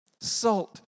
Salt